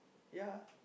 ya